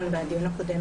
בדיון הקודם